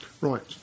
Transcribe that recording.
Right